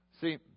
See